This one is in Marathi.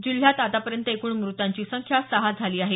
जिल्ह्यात आतापर्यंत एकूण म्रतांची संख्या सहा झाली आहे